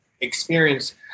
experience